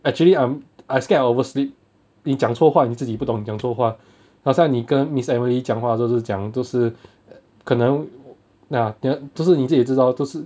actually I'm I scared I oversleep 你讲错话你自己不懂你讲错话 but 好像你跟 miss emily 讲话都是讲都是可能 ya then 就是你自己也知道